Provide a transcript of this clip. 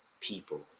people